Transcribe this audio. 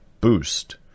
boost